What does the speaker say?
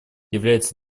является